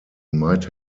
might